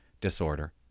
disorder